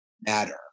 matter